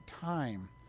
time